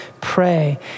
pray